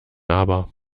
aber